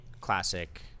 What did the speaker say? classic